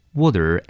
water